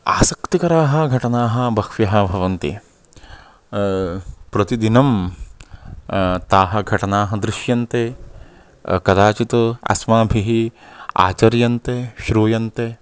आसक्तिकराः घटनाः बह्व्यः भवन्ति प्रतिदिनं ताः घटनाः दृश्यन्ते कदाचित् अस्माभिः आचर्यन्ते श्रूयन्ते